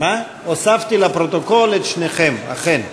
הוספתי לפרוטוקול את שניכם, אכן.